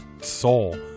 soul